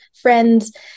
friends